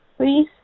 please